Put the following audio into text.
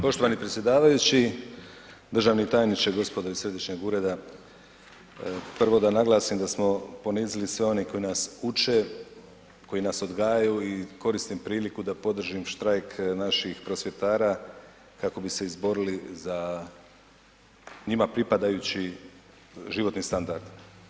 Poštovani predsjedavajući, državni tajniče, gospodo iz središnjeg ureda da samo ponizili sve one koji nas uče, koji nas odgajaju i koristim priliku da podržim štrajk naših prosvjetara kako bi se izborili za njima pripadajući životni standard.